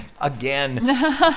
Again